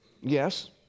yes